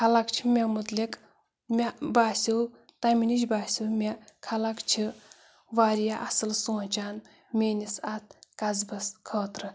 خلق چھِ مےٚ مُتعلِق مےٚ باسٮ۪و تَمہِ نِش باسٮ۪و مےٚ خلق چھِ واریاہ اَصٕل سونٛچان میٛٲنِس اَتھ قصبَس خٲطرٕ